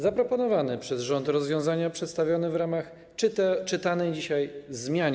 Zaproponowane przez rząd rozwiązania przedstawione w ramach czytanej dzisiaj zmiany